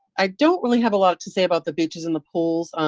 i don't really have a lot to say about the beaches and the pools.